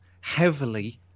heavily